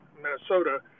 Minnesota